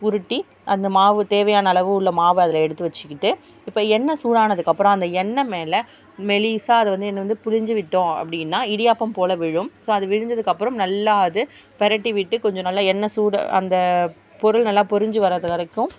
உருட்டி அந்த மாவு தேவையானளவு உள்ள மாவை அதில் எடுத்து வச்சுக்கிட்டு இப்போ எண்ணெய் சூடானதுக்கு அப்புறம் அந்த எண்ணெய் மேல் மெலிதா அதை வந்து இது வந்து பிழிஞ்சிவிட்டோம் அப்படின்னா இடியாப்பம் போல விழும் ஸோ அது விழுந்ததுக்கு அப்புறம் நல்லா அது புரட்டி விட்டு கொஞ்சம் நல்லா எண்ணெய் சூடு அந்த பொருள் நல்லா பொரிஞ்சி வரது வரைக்கும்